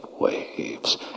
waves